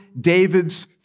David's